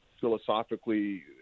philosophically